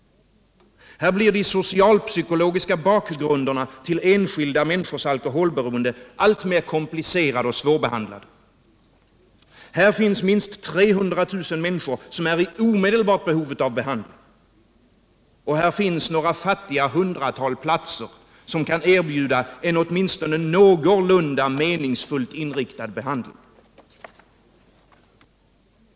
Här blir de socialpsykologiska bakgrunderna till enskilda människors alkoholberoende alltmer komplicerade och svårbehandlade. Här finns minst 300 000 människor som är i omedelbart behov av behandling. Här finns några fattiga hundratal platser, som kan erbjuda en åtminstone någorlunda meningsfullt inriktad behandling.